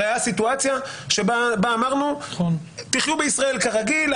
הרי היתה סיטואציה שבה אמרנו: תחיו בישראל כרגיל,